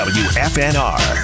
wfnr